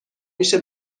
میشه